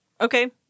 Okay